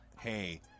hey